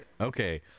okay